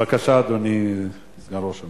בבקשה, אדוני, סגן ראש הממשלה.